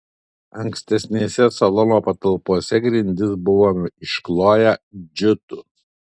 ankstesnėse salono patalpose grindis buvome iškloję džiutu